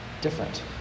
different